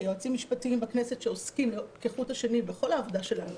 כיועצים משפטיים בכנסת שעוסקים כחוט השני בכל העבודה שלנו